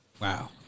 Wow